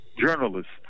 Journalists